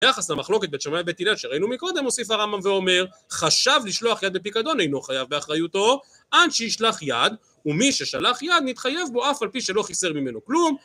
יחס למחלוקת בית שמאי ובית הלל שראינו מקודם הוסיף הרמב״ם ואומר חשב לשלוח יד לפיקדון אינו חייב באחריותו עד שישלח יד ומי ששלח יד נתחייב בו אף על פי שלא חיסר ממנו כלום